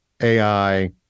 AI